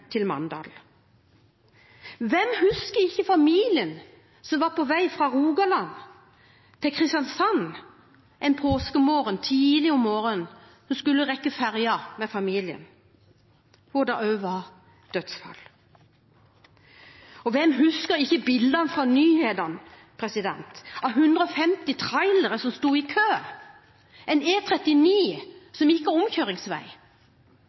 til Mandal? Hvem husker ikke familien som var på vei fra Rogaland til Kristiansand tidlig en påskemorgen – de skulle rekke ferjen med familien – der det også var dødsfall? Hvem husker ikke bildene i nyhetssendingene av 150 trailere som sto i kø på en E39 som ikke hadde omkjøringsvei,